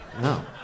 No